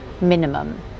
minimum